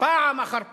פעם אחר פעם: